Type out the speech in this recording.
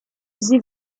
sie